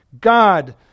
God